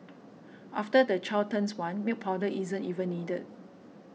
after the child turns one milk powder isn't even needed